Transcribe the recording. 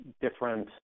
different